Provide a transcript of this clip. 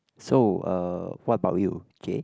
so uh what about you J